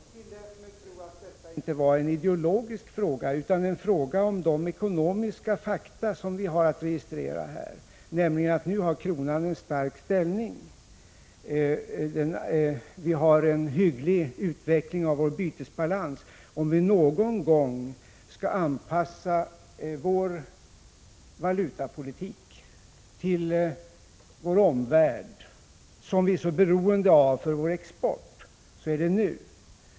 Herr talman! Jag tillät mig tro att detta inte var en ideologisk fråga utan en fråga om de ekonomiska fakta som vi har att registrera här, nämligen att kronan nu har en stark ställning. Vi har en hygglig utveckling av vår bytesbalans. Om vi någon gång skall anpassa vår valutapolitik till vår omvärld, som vi är så beroende av för vår export, så är det nu.